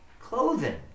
clothing